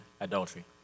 adultery